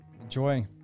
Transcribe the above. enjoy